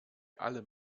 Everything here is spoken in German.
allem